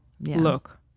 look